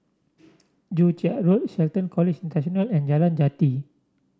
Joo Chiat Road Shelton College International and Jalan Jati